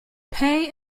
pay